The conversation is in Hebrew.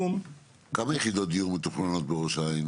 כמה יחידות דיור מתוכננות בראש העין